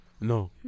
No